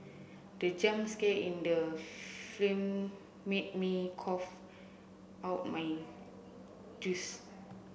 the jump scare in the film made me cough out my juice